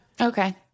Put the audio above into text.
Okay